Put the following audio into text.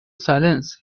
silence